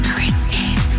Kristen